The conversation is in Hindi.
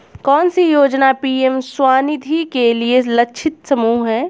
कौन सी योजना पी.एम स्वानिधि के लिए लक्षित समूह है?